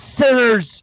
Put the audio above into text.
sinners